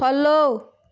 follow